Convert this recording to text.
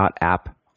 .app